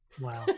Wow